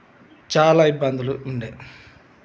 చాలా ఇబ్బందులు ఉండేవి